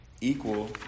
equal